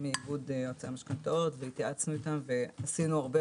מאיגוד יועצי המשכנתאות והתייעצנו איתם ועשינו הרבה